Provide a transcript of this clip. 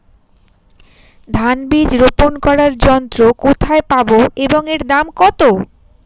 ধান বীজ রোপন করার যন্ত্র কোথায় পাব এবং এর দাম কত?